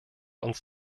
uns